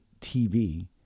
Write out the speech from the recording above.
tv